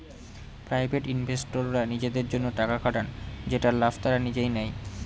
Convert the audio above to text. private ইনভেস্টররা নিজেদের জন্য টাকা খাটান যেটার লাভ তারা নিজেই নেয়